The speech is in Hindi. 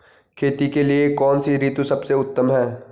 खेती के लिए कौन सी ऋतु सबसे उत्तम है?